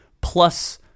plus